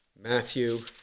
Matthew